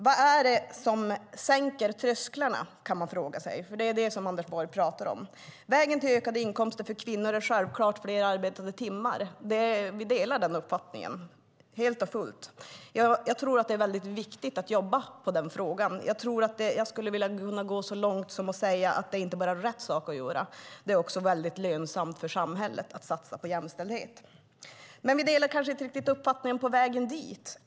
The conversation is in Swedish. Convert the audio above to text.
Vad är det som sänker trösklarna, kan man fråga sig. Det är det som Anders Borg pratar om: Vägen till ökade inkomster för kvinnor är självklart fler arbetade timmar. Vi delar den uppfattningen helt och fullt. Jag tror att det är väldigt viktigt att jobba med den frågan. Jag skulle kunna gå så långt som att säga att det inte bara är rätt sak att göra utan också är lönsamt för samhället att satsa på jämställdhet. Men vi delar kanske inte uppfattning om vägen dit.